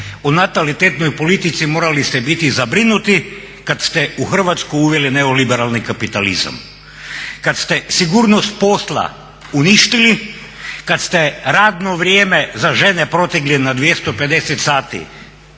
u natalitetnoj politici morali ste biti zabrinuti kad ste u Hrvatsku uveli neoliberalni kapitalizam, kad ste sigurnost posla uništili, kad ste radno vrijeme za žene protegli na 250 sati